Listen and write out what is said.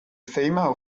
female